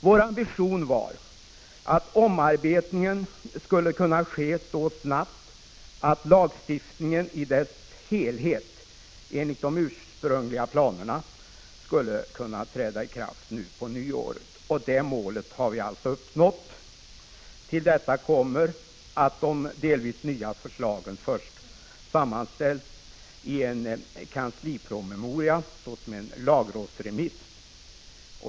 Vår ambition var att omarbetningen skulle kunna ske så snabbt att lagstiftningen i dess helhet, enligt de ursprungliga planerna, skulle kunna träda i kraft nu på nyåret. Det målet har vi alltså uppnått. Till detta kommer att de delvis nya förslagen först sammanställts i en kanslipromemoria såsom en lagrådsremiss.